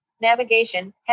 navigation